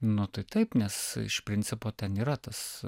nu tai taip nes iš principo ten yra tas